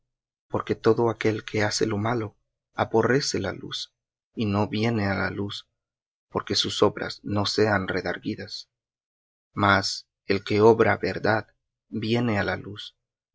porque todo aquel que hace lo malo aborrece la luz y no viene á la luz porque sus obras no sean redargüidas mas el que obra verdad viene á la luz